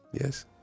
Yes